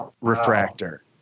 refractor